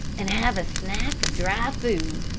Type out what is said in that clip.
and have a snack of dry food,